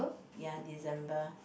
ya December